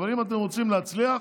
אבל אם אתם רוצים להצליח,